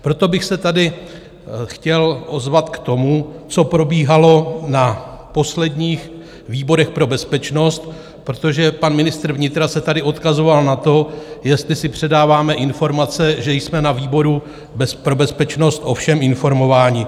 Proto bych se tady chtěl ozvat k tomu, co probíhalo na posledních výborech pro bezpečnost, protože pan ministr vnitra se tady odkazoval na to, jestli si předáváme informace, že jsme na výboru pro bezpečnost o všem informováni.